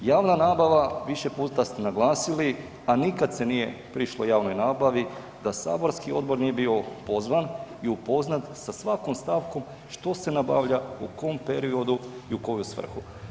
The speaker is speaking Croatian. Javna nabava, više puta ste naglasili, a nikad se nije prišlo javnoj nabavi da saborski odbor nije bio pozvan i upoznat sa svakom stavkom što se nabavlja, u kom periodu i u koju svrhu.